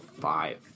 five